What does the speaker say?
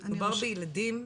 מדובר בילדים,